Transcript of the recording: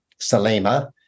salima